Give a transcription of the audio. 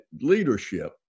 leadership